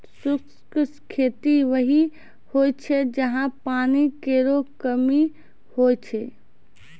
शुष्क खेती वहीं होय छै जहां पानी केरो कमी होय छै